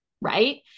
Right